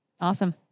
Awesome